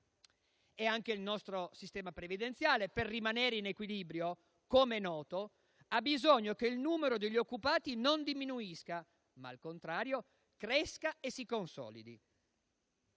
Anche il nostro sistema previdenziale, per rimanere in equilibrio - com'è noto - ha bisogno che il numero degli occupati non diminuisca, ma al contrario cresca e si consolidi.